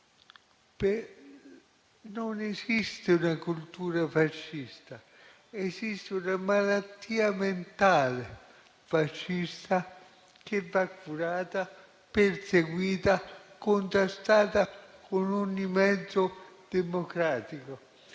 Non esiste una cultura fascista: esiste una malattia mentale fascista, che va curata, perseguita e contrastata con ogni mezzo democratico.